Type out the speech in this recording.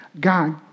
God